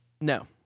No